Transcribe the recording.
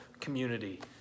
community